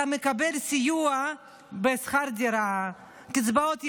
אתה מקבל סיוע בשכר דירה, קצבאות ילדים,